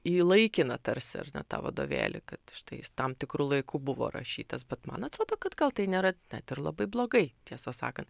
į laikiną tarsi ar ne tą vadovėlį kad štai jis tam tikru laiku buvo rašytas bet man atrodo kad gal tai nėra net ir labai blogai tiesą sakant